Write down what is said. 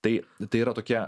tai tai yra tokia